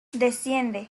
desciende